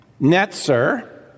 netzer